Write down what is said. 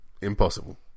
Impossible